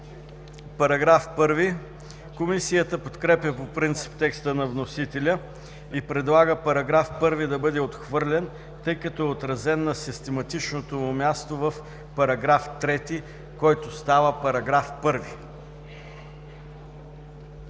Параграф 1. Комисията подкрепя по принцип текста на вносителя и предлага § 1 да бъде отхвърлен, тъй като е отразен на систематичното му място в § 3, който става § 1.